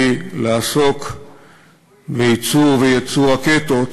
היא לעסוק בייצור ובייצוא רקטות,